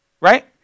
right